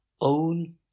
own